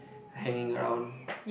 hanging round